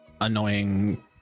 annoying